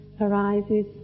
arises